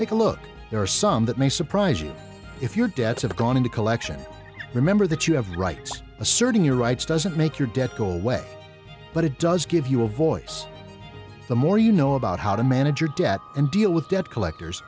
take a look there are some that may surprise you if your debts have gone into collection remember that you have rights asserting your rights doesn't make your debt go away but it does give you a voice the more you know about how to manage your debt and deal with debt collectors